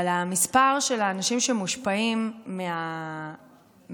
אבל המספר של האנשים שמושפעים מהטיפול